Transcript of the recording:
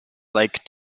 lake